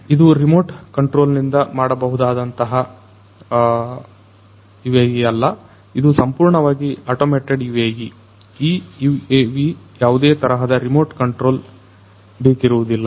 ಇದು ರಿಮೋಟ್ ಕಂಟ್ರೋಲ್ನಿಂದ ಮಾಡಬಹುದಾದಂತಹ UAV ಅಲ್ಲ ಇದು ಸಂಪೂರ್ಣವಾಗಿ ಆಟೋಮೇಟೆಡ್ UAV ಈ UAV ಯಾವುದೇ ತರಹದ ರಿಮೋಟ್ ಕಂಟ್ರೋಲ್ ಬೇಕಿರುವುದಿಲ್ಲ